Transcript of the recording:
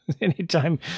Anytime